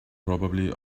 probably